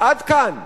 עד כאן,